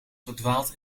verdwaalt